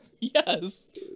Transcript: Yes